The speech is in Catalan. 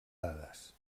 dades